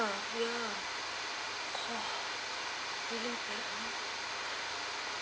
ya ya oh